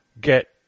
get